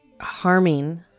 harming